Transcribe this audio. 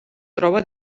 troba